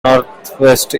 northwest